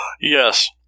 Yes